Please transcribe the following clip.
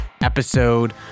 episode